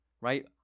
right